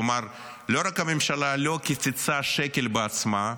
כלומר, לא רק שהממשלה לא קיצצה שקל מעצמה,